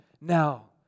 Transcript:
now